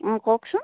অঁ কওকচোন